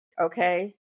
Okay